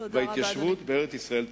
וההתיישבות בארץ-ישראל תגבר.